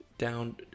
Down